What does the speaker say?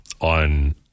on